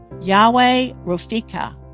Yahweh-Rofika